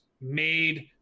made